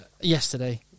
Yesterday